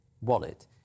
wallet